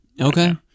okay